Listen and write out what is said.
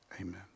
amen